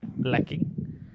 lacking